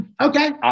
okay